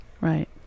right